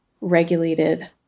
regulated